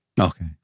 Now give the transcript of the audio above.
Okay